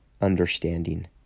understanding